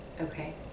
Okay